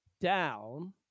down